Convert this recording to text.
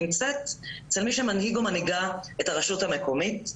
נמצאת אצל מי שמנהיג או מנהיגה את הרשות המקומית.